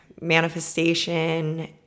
manifestation